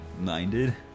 Minded